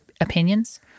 opinions